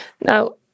Now